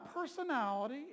personality